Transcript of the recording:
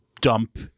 dump